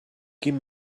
quin